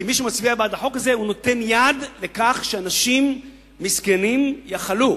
כי מי שמצביע נגד החוק הזה נותן יד לכך שאנשים מסכנים יחלו.